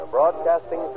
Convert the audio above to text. Broadcasting